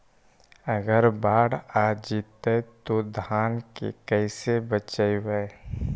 अगर बाढ़ आ जितै तो धान के कैसे बचइबै?